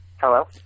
Hello